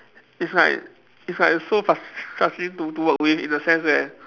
is like is like so frus~ frustrating to to work with in a sense that